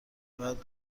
باید